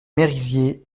merisiers